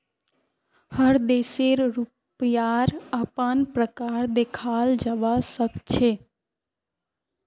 हर देशेर रुपयार अपना प्रकार देखाल जवा सक छे